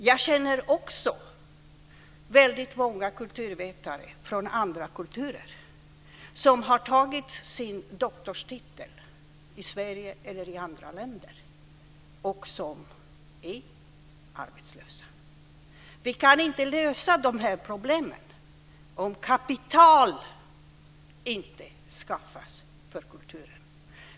Jag känner också många kulturvetare från andra kulturer som har tagit sin doktorstitel, i Sverige eller i andra länder, och som är arbetslösa. Vi kan inte lösa de här problemen om det inte skaffas kapital till kulturen.